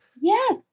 Yes